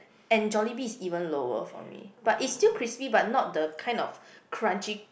and Jollibee is even lower for me but it's still crispy but not the kind of crunchy